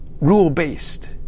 rule-based